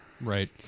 Right